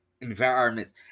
environments